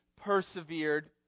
persevered